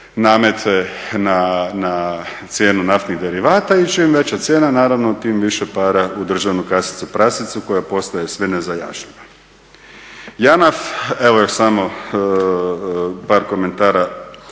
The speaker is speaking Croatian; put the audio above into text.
namete na cijenu naftnih derivata i čim veća cijena naravno tim više para u državnu kasicu prasicu koja postaje sve …/Govornik se ne razumije./… JANAF, evo još samo par komentara